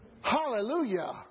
Hallelujah